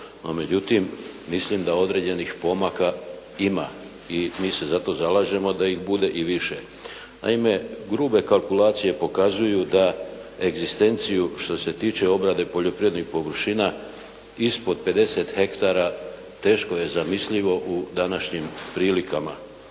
međutim, mislim da određenih pomaka ima i mi se zato zalažemo da ih bude i više. Naime, grube kalkulacije pokazuju da egzistenciju što se tiče obrade poljoprivrednih površina ispod 50 hektara teško je zamislivo u današnjim prilikama.